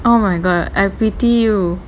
oh my god I pity you